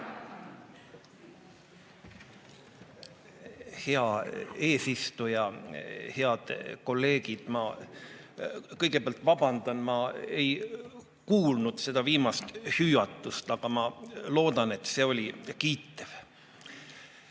Hea eesistuja! Head kolleegid! Ma kõigepealt vabandan, ma ei kuulnud seda viimast hüüatust, aga ma loodan, et see oli kiitev.